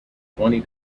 twenty